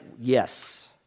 yes